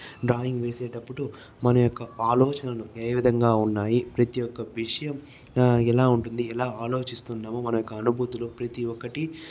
drawing వేసేటప్పుడు మన యొక్క ఆలోచనలను ఏ విధంగా ఉన్నాయి ప్రతి ఒక్క విషయం ఎలా ఉంటుంది ఎలా ఆలోచిస్తున్నాము మన యొక్క అనుభూతులు ప్రతి ఒక్కటి